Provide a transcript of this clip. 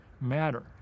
matter